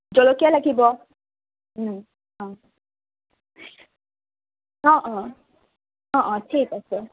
জলকীয়া লাগিব অঁ অঁ অঁ অঁ অঁ ঠিক আছে